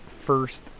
first